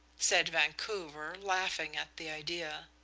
said vancouver, laughing at the idea.